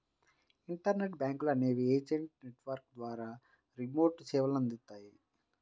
internet బ్యాంకులు అనేవి agent network ద్వారా రిమోట్గా సేవలనందిస్తాయి